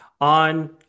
on